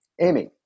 Amy